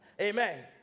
Amen